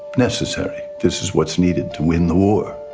necessary. this is what's needed to win the war.